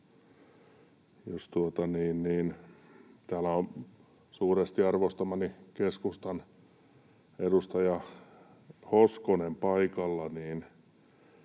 Täällä on suuresti arvostamani keskustan edustaja Hoskonen paikalla.